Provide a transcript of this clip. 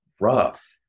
rough